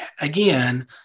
again